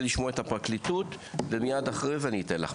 לשמוע את הפרקליטות ומייד אחרי זה אני אתן לך,